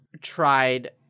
tried